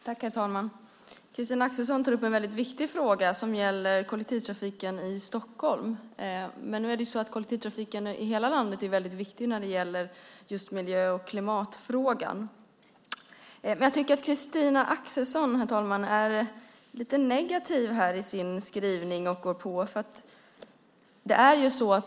Herr talman! Christina Axelsson tar upp en väldigt viktig fråga som gäller kollektivtrafiken i Stockholm, men när det gäller just miljö och klimatfrågan är kollektivtrafiken i hela landet väldigt viktig. Jag tycker dock att Christina Axelsson är lite negativ, herr talman.